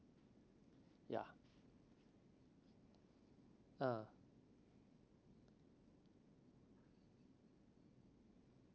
ya ah